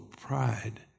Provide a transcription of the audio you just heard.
pride